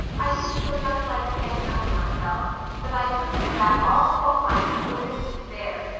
i didn't feel just like standing up for myself but i'd took about all fault-finding it was in me to bear.